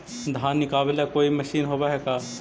धान निकालबे के कोई मशीन होब है का?